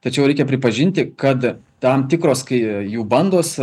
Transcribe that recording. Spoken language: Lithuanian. tačiau reikia pripažinti kad tam tikros kai jų bandos